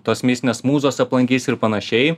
tos mistinės mūzos aplankys ir panašiai